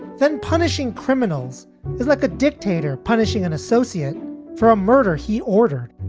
then punishing criminals like a dictator, punishing an associate for a murder he ordered